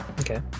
Okay